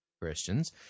Christians